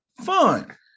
fun